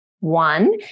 One